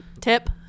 Tip